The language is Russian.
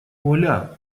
оля